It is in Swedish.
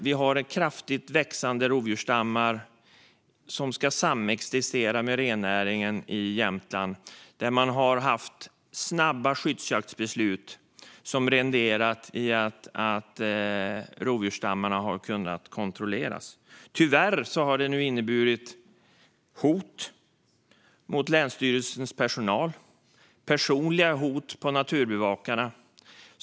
Vi har kraftigt växande rovdjursstammar som ska samexistera med rennäringen i Jämtland. Man har fattat snabba skyddsjaktsbeslut som renderat i att rovdjursstammarna har kunnat kontrolleras. Tyvärr har det nu inneburit hot mot länsstyrelsens personal i form av personliga hot mot naturbevakarna.